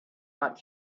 bought